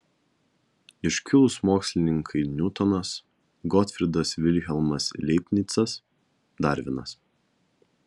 iškilūs mokslininkai niutonas gotfrydas vilhelmas leibnicas darvinas